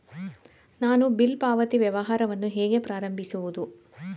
ನಾನು ಬಿಲ್ ಪಾವತಿ ವ್ಯವಹಾರವನ್ನು ಹೇಗೆ ಪ್ರಾರಂಭಿಸುವುದು?